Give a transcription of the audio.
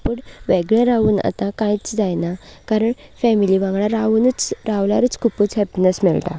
पूण वेगळें रावन आतां कांयच जायना कारण फेमिली वांगडा रावनच रावल्यारच खुबूच हॅपिनस मेळटा